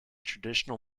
traditional